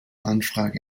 anfrage